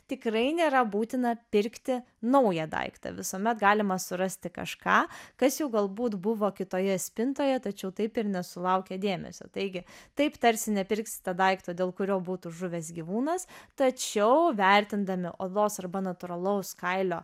tikrai nėra būtina pirkti naują daiktą visuomet galima surasti kažką kas jau galbūt buvo kitoje spintoje tačiau taip ir nesulaukė dėmesio taigi taip tarsi nepirksite daikto dėl kurio būtų žuvęs gyvūnas tačiau vertindami odos arba natūralaus kailio